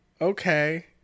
Okay